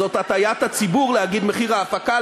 זאת הטעיית הציבור להגיד מחיר ההפקה,